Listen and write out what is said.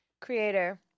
Creator